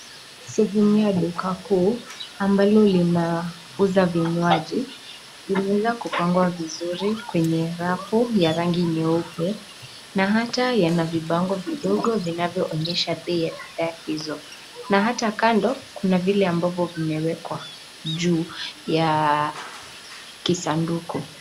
Sehemu ya duka kuu ambalo linauza vinywaji imeweza kupangwa vizuri kwenye rafu ya rangi nyeupe na hata yana vibango vidogo vinavyo onyesha bei ya bidhaa hizo na hata kando kuna vile ambavyo vimewekwa juu ya kisanduku.